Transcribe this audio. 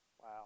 Wow